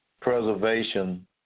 Preservation